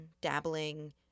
dabbling